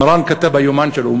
מרן כתב ביומן שלו,